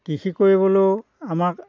কৃষি কৰিবলৈও আমাক